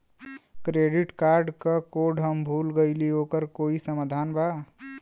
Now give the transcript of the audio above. Credit card क code हम भूल गइली ओकर कोई समाधान बा?